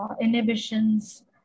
inhibitions